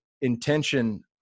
intention